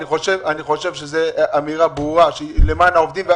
אני חושב שזו אמירה ברורה שהיא למען העובדים.